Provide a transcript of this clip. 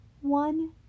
one